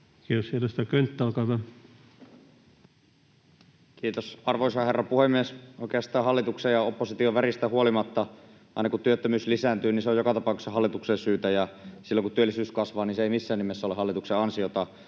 Time: 17:28 Content: Kiitos, arvoisa herra puhemies! Oikeastaan hallituksen ja opposition väristä riippumatta aina, kun työttömyys lisääntyy, se on joka tapauksessa hallituksen syytä, ja silloin kun työllisyys kasvaa, se ei missään nimessä ole hallituksen ansiota.